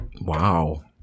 Wow